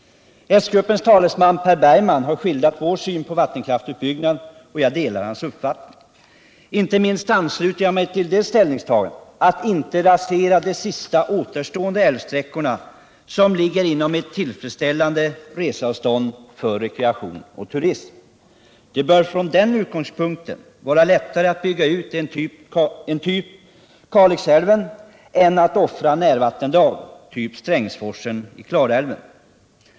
S-gruppens talesman, Per Bergman, har skildrat vår syn på vattenkraftsutbyggnad, och jag delar hans uppfattning. Inte minst ansluter jag mig till ställningstagandet att man inte skall rasera de sista återstående älvsträckor som ligger inom ett tillfredsställande reseavstånd för rekreation och turism. Det bör från den utgångspunkten vara lättare att bygga ut en älv av typ Kalixälven än att offra ”närvattendrag” av typen Strängsforsen i Klarälven.